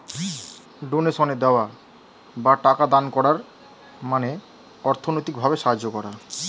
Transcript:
ডোনেশনে দেওয়া বা টাকা দান করার মানে অর্থনৈতিক ভাবে সাহায্য করা